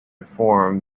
form